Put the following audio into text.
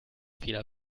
fehler